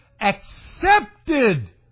accepted